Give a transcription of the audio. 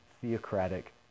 theocratic